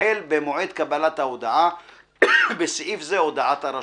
החל במועד קבלת ההודעה (בסעיף זה, הודעת הרשות).